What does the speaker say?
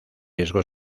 riesgo